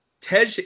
Tej